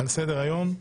על סדר היום: